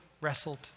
wrestled